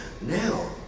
Now